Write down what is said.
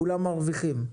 כולם מרוויחים.